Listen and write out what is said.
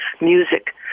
music